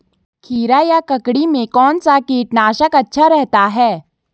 खीरा या ककड़ी में कौन सा कीटनाशक अच्छा रहता है?